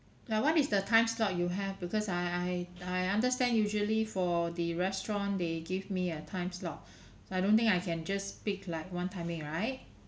like what is the time slot you have because I I I understand usually for the restaurant they give me a time slot I don't think I can just pick like one timing right